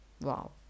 Wow